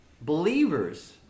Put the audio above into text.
believers